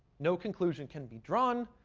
no conclusion can be drawn,